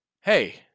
Hey